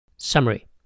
Summary